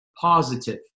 positive